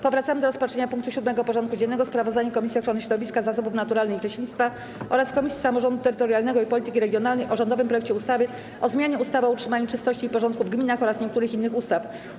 Powracamy do rozpatrzenia punktu 7. porządku dziennego: Sprawozdanie Komisji Ochrony Środowiska, Zasobów Naturalnych i Leśnictwa oraz Komisji Samorządu Terytorialnego i Polityki Regionalnej o rządowym projekcie ustawy o zmianie ustawy o utrzymaniu czystości i porządku w gminach oraz niektórych innych ustaw.